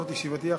זו ישיבתי האחרונה.